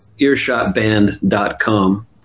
earshotband.com